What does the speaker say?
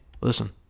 listen